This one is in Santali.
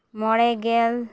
ᱢᱚᱬᱮ ᱜᱮᱞ